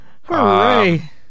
Hooray